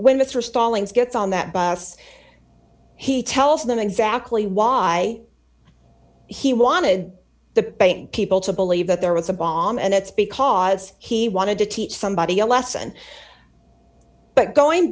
when mr stallings gets on that bus he tells them exactly why he wanted the bank people to believe that there was a bomb and that's because he wanted to teach somebody a lesson but going